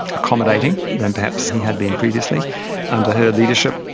accommodating than perhaps he had been previously under her leadership.